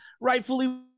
rightfully